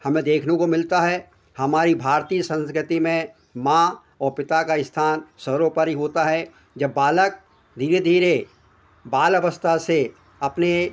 हमें देखने को मिलता है हमारी भारती संस्कृति में माँ और पिता का स्थान सर्वोपरि होता है जब बालक धीरे धीरे बाल अवस्था से अपने